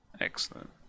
excellent